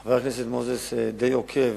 חבר הכנסת מוזס די עוקב,